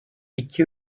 iki